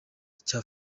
cya